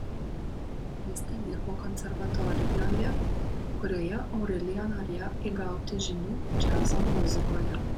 jis ten dirbo konservatorijoje kurioje aurelija norėjo įgauti žinių džiazo muzikoje